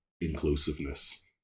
inclusiveness